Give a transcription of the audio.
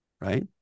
Right